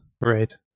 Right